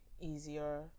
easier